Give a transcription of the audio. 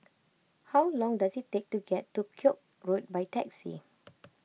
how long does it take to get to Koek Road by taxi